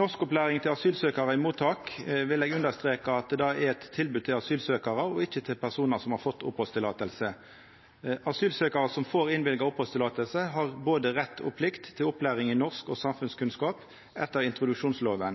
Norskopplæring til asylsøkjarar i mottaka vil eg understreka at er eit tilbod til asylsøkjarar og ikkje til personar som har fått opphaldstillating. Asylsøkjarar som får innvilga opphaldstillating, har både rett og plikt til opplæring i norsk og samfunnskunnskap etter introduksjonslova.